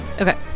Okay